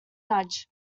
nudge